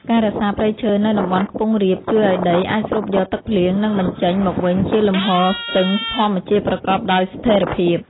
ការរក្សាព្រៃឈើនៅតំបន់ខ្ពង់រាបជួយឱ្យដីអាចស្រូបយកទឹកភ្លៀង និងបញ្ចេញមកវិញជាលំហូរស្ទឹងធម្មជាតិប្រកបដោយស្ថិរភាព។